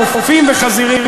קופים וחזירים.